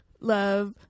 love